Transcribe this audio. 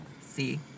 See